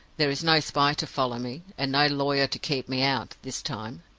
there is no spy to follow me, and no lawyer to keep me out, this time.